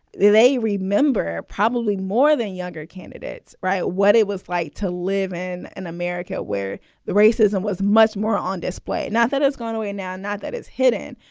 they remember probably more than younger candidates. right. what it was like to live in an america where the racism was much more on display. now, that has gone away now. not that it's hidden,